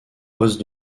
poste